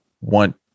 want